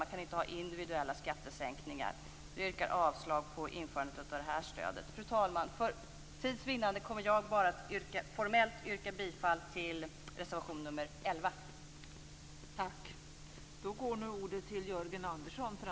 Man kan inte ha individuella skattesänkningar. Jag yrkar avslag på införandet av stödet. Fru talman! För tids vinnande kommer jag att formellt yrka bifall bara till reservation 11.